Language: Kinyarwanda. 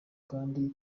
kandi